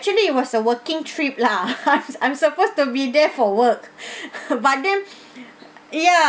actually it was a working trip lah I'm I'm supposed to be there for work but then ya